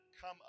come